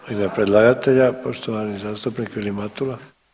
U ime predlagatelja poštovani zastupnik Vilim Matula.